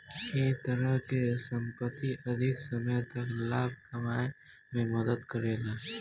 ए तरह के संपत्ति अधिक समय तक लाभ कमाए में मदद करेला